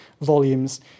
volumes